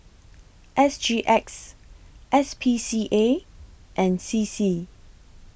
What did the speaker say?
S G X S P C A and C C